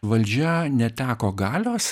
valdžia neteko galios